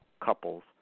couples